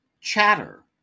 Chatter